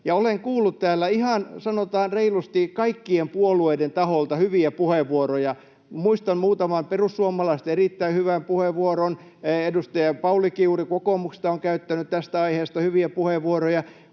Olen kuullut täällä ihan, sanotaan reilusti, kaikkien puolueiden taholta hyviä puheenvuoroja. Muistan muutaman perussuomalaisten erittäin hyvän puheenvuoron, ja edustaja Pauli Kiuru kokoomuksesta on käyttänyt tästä aiheesta hyviä puheenvuoroja,